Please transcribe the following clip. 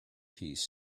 piece